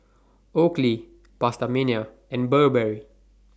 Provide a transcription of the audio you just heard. Oakley PastaMania and Burberry